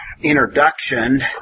introduction